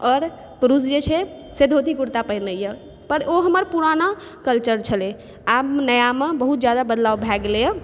आओर पुरुष जे छै से धोती कुर्ता पहिनैए पर ओ हमर पुराना कल्चर छलै आब नयामे बहुत जादा बदलाव भए गेलैए